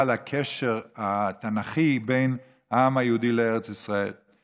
על הקשר התנ"כי בין העם היהודי לארץ ישראל.